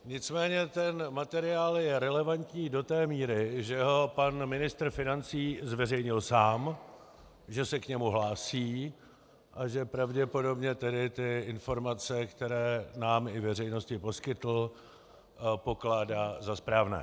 Nicméně ten materiál je relevantní do té míry, že ho pan ministr financí zveřejnil sám, že se k němu hlásí a že pravděpodobně tedy ty informace, které nám i veřejnosti poskytl, pokládá za správné.